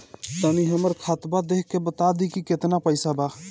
तनी हमर खतबा देख के बता दी की केतना पैसा बा?